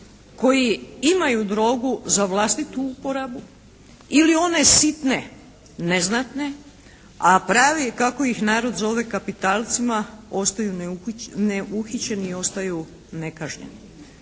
koji imaju drogu za vlastitu uporabu ili one sitne neznatne, a pravi kako ih narod zove kapitalcima ostaju neuhićeni i ostaju nekažnjeni?